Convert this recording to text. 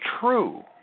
true